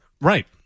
Right